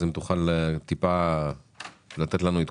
אז אם תוכל טיפה לתת לנו עדכון.